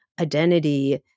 identity